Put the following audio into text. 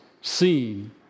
seen